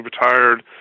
retired